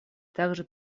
также